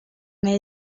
ghana